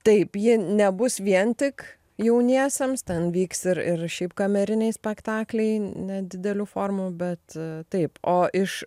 taip jie nebus vien tik jauniesiems ten vyks ir ir šiaip kameriniai spektakliai nedidelių formų bet taip o iš